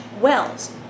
Wells